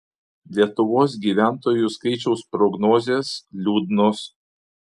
lietuvos gyventojų skaičiaus prognozės liūdnos